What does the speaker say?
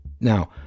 now